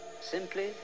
Simply